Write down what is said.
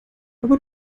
aber